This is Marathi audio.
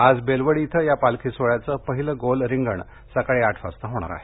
आज बेलवडी इथं या पालखी सोहळ्याचं पहिलं गोल रिंगण सकाळी आठ वाजता होणार आहे